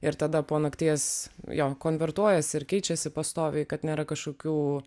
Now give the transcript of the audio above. ir tada po nakties jo konvertuojasi ir keičiasi pastoviai kad nėra kažkokių